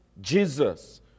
Jesus